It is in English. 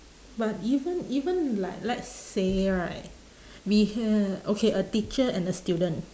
but even even like let's say right we had okay a teacher and a student